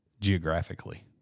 geographically